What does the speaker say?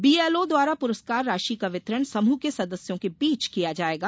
BLO द्वारा प्रस्कार राशि का वितरण समृह के सदस्यों के बीच किया जायेगा